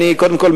קודם כול,